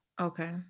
Okay